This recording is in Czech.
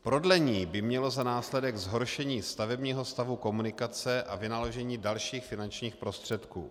Prodlení by mělo za následek zhoršení stavebního stavu komunikace a vynaložení dalších finančních prostředků.